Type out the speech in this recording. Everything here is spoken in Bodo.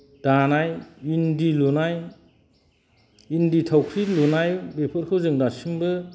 दानाय इन्दि लुनाय इन्दि थावख्रि लुनाय बेफोरखौ जों दासिमबो